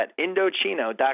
Indochino.com